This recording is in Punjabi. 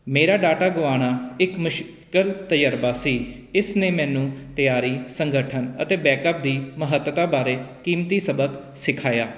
ਮੇਰਾ ਡਾਟਾ ਗਵਾਉਣਾ ਇੱਕ ਮੁਸ਼ਕਿਲ ਤਜ਼ਰਬਾ ਸੀ ਇਸ ਨੇ ਮੈਨੂੰ ਤਿਆਰੀ ਸੰਗਠਨ ਅਤੇ ਬੈਕਅਪ ਦੀ ਮਹੱਤਤਾ ਬਾਰੇ ਕੀਮਤੀ ਸਬਕ ਸਿਖਾਇਆ